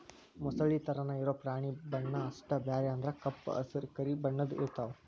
ಮೊಸಳಿ ತರಾನ ಇರು ಪ್ರಾಣಿ ಬಣ್ಣಾ ಅಷ್ಟ ಬ್ಯಾರೆ ಅಂದ್ರ ಕಪ್ಪ ಹಸರ, ಕರಿ ಬಣ್ಣದ್ದು ಇರತಾವ